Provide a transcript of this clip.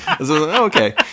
Okay